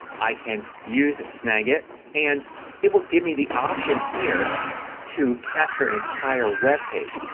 i can use snagit and it will give me the option here to capture an entire webpage.